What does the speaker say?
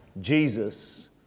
Jesus